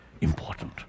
important